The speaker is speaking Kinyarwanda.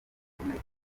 gakomeye